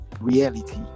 reality